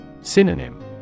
Synonym